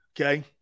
Okay